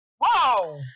Whoa